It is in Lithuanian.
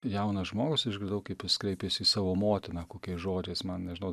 jaunas žmogus išgirdau kaip jis kreipėsi į savo motiną kokiais žodžiais man nežinau